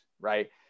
right